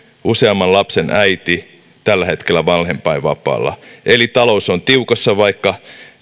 useamman lapsen äiti tällä hetkellä vanhempainvapaalla eli talous on tiukassa vaikka